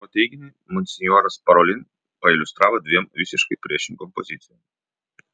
savo teiginį monsinjoras parolin pailiustravo dviem visiškai priešingom pozicijom